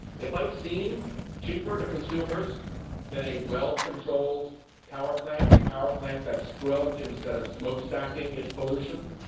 it might seem cheaper to consumers than a well-controlled power plant, a power plant that's scrubbed instead of smokestacking its pollution.